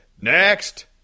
next